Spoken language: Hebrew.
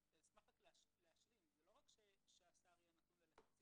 אני אבקש רק להשלים זה לא רק שהשר יהיה נתון ללחצים,